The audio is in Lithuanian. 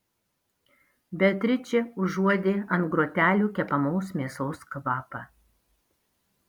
beatričė užuodė ant grotelių kepamos mėsos kvapą